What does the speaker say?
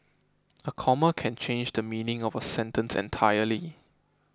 a comma can change the meaning of a sentence entirely